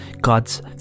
God's